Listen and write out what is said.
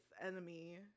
enemy